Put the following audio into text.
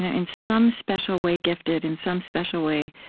in in some special way, gifted in some special way,